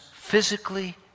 physically